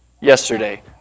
yesterday